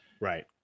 Right